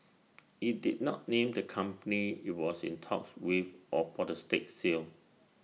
IT did not name the company IT was in talks with or for the stake sale